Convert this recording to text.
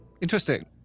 Interesting